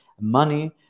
Money